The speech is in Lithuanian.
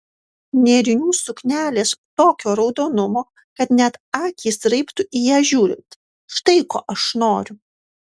nėrinių suknelės tokio raudonumo kad net akys raibtų į ją žiūrint štai ko aš noriu